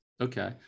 Okay